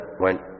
went